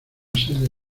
sede